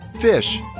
fish